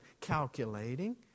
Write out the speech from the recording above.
calculating